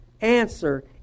answer